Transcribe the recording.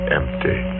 empty